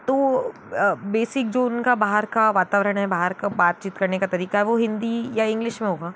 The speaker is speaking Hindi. तो बेसिक जो उन का बाहर का वातावरण है बाहर का बातचीत करने का तरीका है वो हिंदी या इंग्लिश में होगा